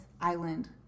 island